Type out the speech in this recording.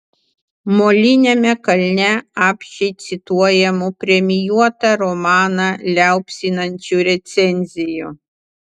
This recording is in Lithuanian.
moliniame kalne apsčiai cituojamų premijuotą romaną liaupsinančių recenzijų